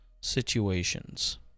situations